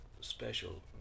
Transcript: special